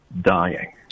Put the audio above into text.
dying